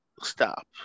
stop